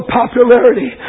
popularity